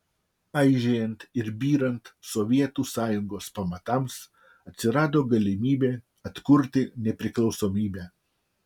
aižėjant ir byrant sovietų sąjungos pamatams atsirado galimybė atkurti nepriklausomybę